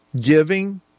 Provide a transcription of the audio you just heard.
giving